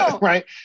right